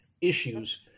issues